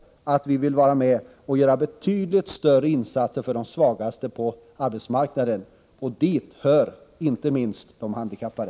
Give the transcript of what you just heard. Vi vill också göra betydligt större insatser för de svagaste på arbetsmarknaden — och dit hör inte minst de handikappade.